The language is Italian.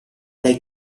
dai